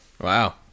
Wow